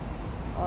but I think that